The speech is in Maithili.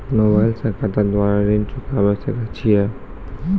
मोबाइल से खाता द्वारा ऋण चुकाबै सकय छियै?